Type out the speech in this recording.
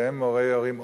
והם הורי הורים,